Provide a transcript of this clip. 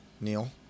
Neil